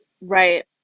Right